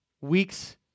weeks